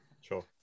Sure